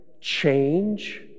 change